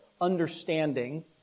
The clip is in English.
understanding